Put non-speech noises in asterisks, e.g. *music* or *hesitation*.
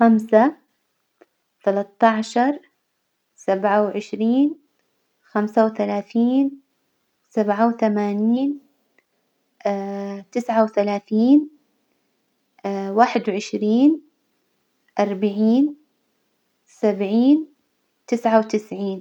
خمسة، تلاتاشر، سبعة وعشرين، خمسة وثلاثين، سبعة وتمانين *hesitation* تسعة وثلاثين *hesitation* واحد وعشرين، أربعين، سبعين، تسعة وتسعين.